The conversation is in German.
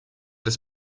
des